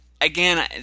again